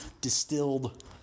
distilled